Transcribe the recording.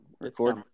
record